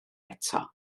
eto